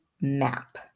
map